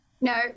No